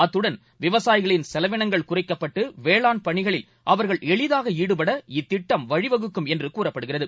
அத்துடன் விவசாயிகளின் செலவினங்கள் குறைக்கப்பட்டுவேளாண் பணிகளில் அவர்கள் எளிதாகஈடுபட இத்திட்டம் வழிவகுக்கும் என்றுகூறப்படுகிறது